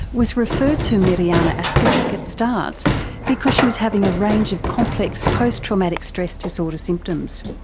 was referred to mirjana askovic at startts because she was having a range of complex post-traumatic stress disorder symptoms.